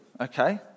okay